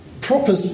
proper